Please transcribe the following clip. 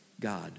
God